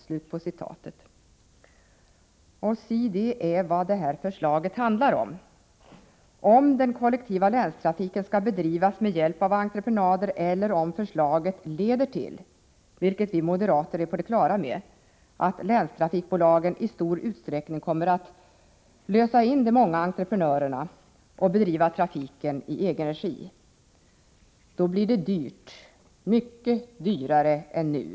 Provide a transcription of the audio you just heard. Och si, det är vad det här förslaget handlar om, huruvida den kollektiva länstrafiken skall bedrivas med hjälp av entreprenader eller om förslaget leder till — vilket vi moderater är på det klara med — att länstrafikbolagen i stor utsträckning kommer att lösa in de många entreprenörerna och bedriva trafik i egen regi. Då blir det dyrt — mycket dyrare än nu.